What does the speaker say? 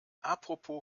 apropos